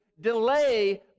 delay